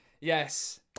yes